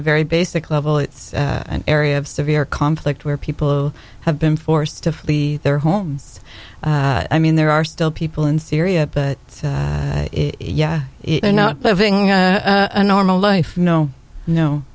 a very basic level it's an area of severe conflict where people have been forced to flee their homes i mean there are still people in syria but yeah they're not living a normal life no no